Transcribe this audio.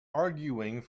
arguing